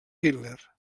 hitler